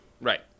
Right